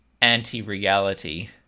anti-reality